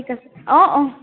ঠিক আছে অঁ অঁ